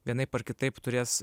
vienaip ar kitaip turės